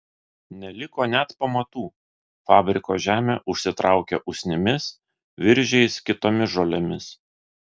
neliko net pamatų fabriko žemė užsitraukė usnimis viržiais kitomis žolėmis